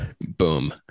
Boom